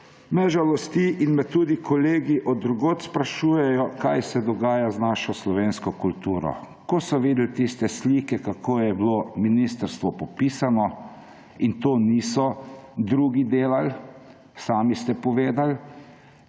me žalosti in me tudi kolegi od drugod sprašujejo, kaj se dogaja z našo slovensko kulturo. Ko so videli tiste slike, kako je bilo ministrstvo popisano, in to niso drugi delali, sami ste povedali,